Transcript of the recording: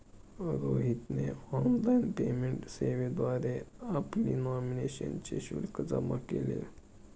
रोहितने online payment सेवेद्वारे आपली नॉमिनेशनचे शुल्क जमा केले